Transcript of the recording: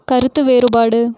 கருத்து வேறுபாடு